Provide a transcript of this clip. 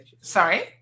sorry